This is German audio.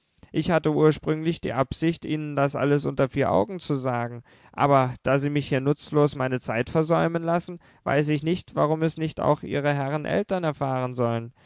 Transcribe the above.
ich hatte ursprünglich die absicht ihnen das alles unter vier augen zu sagen aber da sie mich hier nutzlos meine zeit versäumen lassen weiß ich nicht warum es nicht auch ihre herren eltern erfahren sollen